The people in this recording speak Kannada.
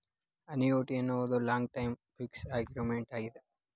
ಅನಿಯುಟಿ ಎನ್ನುವುದು ಲಾಂಗ್ ಟೈಮ್ ಫಿಕ್ಸ್ ಅಗ್ರಿಮೆಂಟ್ ಆಗಿದೆ